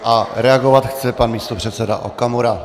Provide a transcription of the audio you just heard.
A reagovat chce pan místopředseda Okamura.